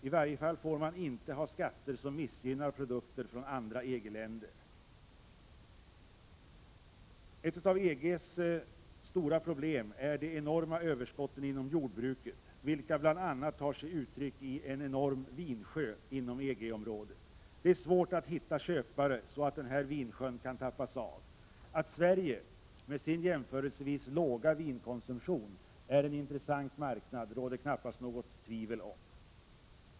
I varje fall får man inte ha skatter som missgynnar produkter från andra EG-länder. Ett av EG:s stora problem är de enorma överskotten inom jordbruket, vilka bl.a. tar sig uttryck i en enorm vinsjö. Det är svårt att hitta köpare så att vinsjön kan tappas av. Att Sverige med sin jämförelsevis låga vinkonsumtion är en intressant marknad råder kanppast något tvivel om.